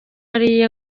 ariye